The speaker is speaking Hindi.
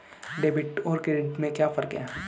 डेबिट और क्रेडिट में क्या फर्क है?